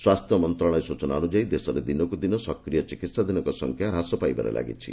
ସ୍ୱାସ୍ଥ୍ୟ ମନ୍ତ୍ରଣାଳୟ ସୂଚନା ଅନୁଯାୟୀ ଦେଶରେ ଦିନକୁ ଦିନ ସକ୍ରିୟ ଚିକିହାଧୀନଙ୍କ ସଂଖ୍ୟା ହ୍ରାସ ପାଇବାରେ ଲାଗିଛି